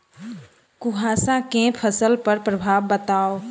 कुहासा केँ फसल पर प्रभाव बताउ?